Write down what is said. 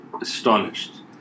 astonished